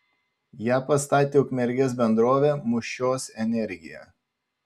ją pastatė ukmergės bendrovė mūšios energija